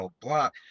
block